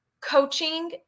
Coaching